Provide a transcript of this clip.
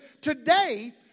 today